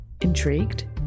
Intrigued